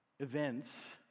events